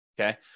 Okay